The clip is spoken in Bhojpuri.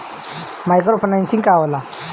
माइक्रो फाईनेसिंग का होला?